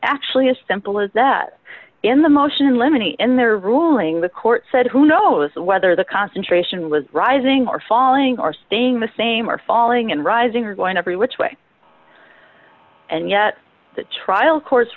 actually a simple as that in the motion in limine in their ruling the court said who knows whether the concentration was rising or falling or staying the same or falling and rising or going every which way and yet the trial cour